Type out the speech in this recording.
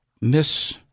miss